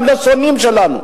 גם לשונאים שלנו,